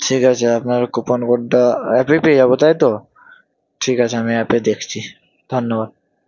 ঠিক আছে আপনার কুপন কোডটা অ্যাপেই পেয়ে যাব তাই তো ঠিক আছে আমি অ্যাপে দেখছি ধন্যবাদ